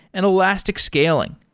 and elastic scaling.